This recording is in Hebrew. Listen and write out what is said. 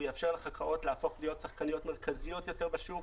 הוא יאפשר לחברות להפוך להיות שחקניות מרכזיות יותר בשוק,